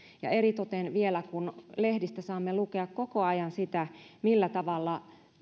eritoten vielä kun lehdistä saamme lukea koko ajan sitä millä tavalla